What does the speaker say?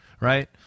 Right